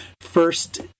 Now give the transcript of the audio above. first